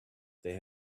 they